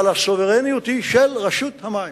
אבל הסוברניות היא של רשות המים.